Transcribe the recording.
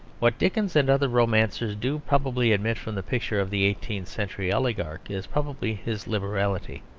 what dickens and other romancers do probably omit from the picture of the eighteenth-century oligarch is probably his liberality.